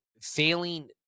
failing